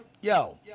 yo